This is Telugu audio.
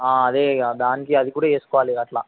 అదే ఇక దానికి అది కూడా వేసుకోవాలి ఇక అట్లా